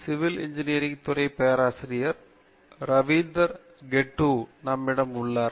civil engineering துறை பேராசிரியர் ரவீந்திர கெட்டுஉ நம்மிடம் உள்ளார்